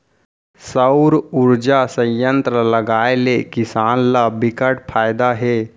सउर उरजा संयत्र लगाए ले किसान ल बिकट फायदा हे